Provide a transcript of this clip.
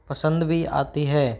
पसंद भी आती है